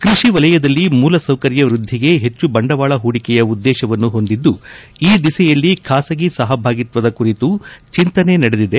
ಕೃಷಿ ವಲಯದಲ್ಲಿ ಮೂಲಸೌಕರ್ಯ ವೃದ್ದಿಗೆ ಹೆಚ್ಚು ಬಂಡವಾಳ ಹೂಡಿಕೆಯ ಉದ್ದೇಶವನ್ನು ಹೊಂದಿದ್ದು ಈ ದಿಸೆಯಲ್ಲಿ ಖಾಸಗಿ ಸಹಭಾಗಿತ್ವದ ಕುರಿತು ಚೆಂತನೆ ನಡೆದಿದೆ